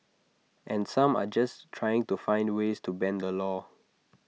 and some are just trying to find ways to bend the law